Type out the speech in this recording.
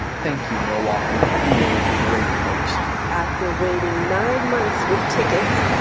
thank you, milwaukee. you were a great host after waiting nine months with tickets,